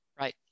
Right